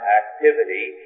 activity